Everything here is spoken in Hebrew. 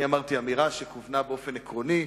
אני אמרתי אמירה שכוונה באופן עקרוני,